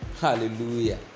hallelujah